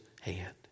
hand